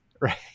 Right